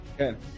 Okay